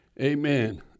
Amen